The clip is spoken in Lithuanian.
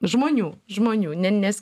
žmonių žmonių ne nes